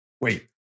Wait